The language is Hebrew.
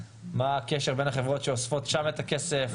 מה הקשר בין החברות שאוספות שם את הכסף,